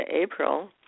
April